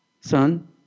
son